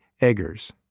Eggers